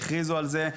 הכריזו על זה.